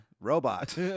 Robot